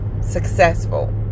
successful